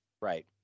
right